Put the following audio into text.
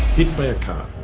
hit by a car.